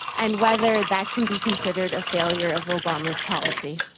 and whether that can be considered a failure of obama's policy.